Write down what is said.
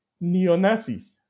neo-Nazis